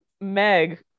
Meg